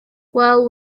well